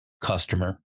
customer